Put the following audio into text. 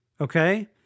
Okay